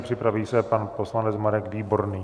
Připraví se poslanec Marek Výborný.